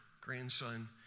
grandson